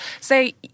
say